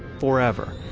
forever.